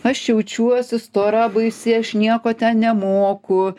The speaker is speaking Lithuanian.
aš jaučiuosi stora baisi aš nieko ten nemoku